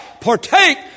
partake